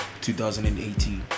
2018